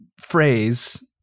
phrase